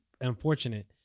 unfortunate